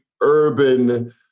urban